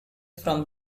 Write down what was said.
from